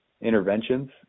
interventions